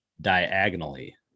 diagonally